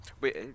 Wait